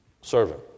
servant